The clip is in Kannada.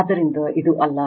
ಆದ್ದರಿಂದ ಇದು ಇಲ್ಲ